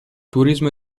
turismo